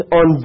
on